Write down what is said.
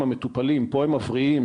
המטופלים אמורה לרדת - פה הם מבריאים,